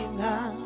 now